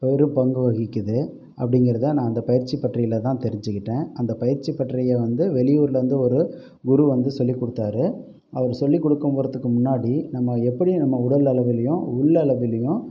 பெரும் பங்கு வகிக்குது அப்படிங்கறத நான் அந்த பயிற்சி பட்டறையில் தான் தெரிஞ்சுக்கிட்டேன் அந்த பயிற்சி பட்டறைய வந்து வெளியூர்லேந்து ஒரு குரு வந்து சொல்லிக் கொடுத்தாரு அவர் சொல்லிக் கொடுக்க போகிறதுக்கு முன்னாடி நம்ம எப்படி நம்ம உடல் அளவிலையும் உள் அளவிலையும்